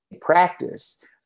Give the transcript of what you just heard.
practice